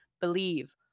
believe